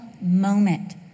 moment